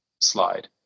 slide